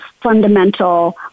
fundamental